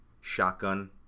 shotgun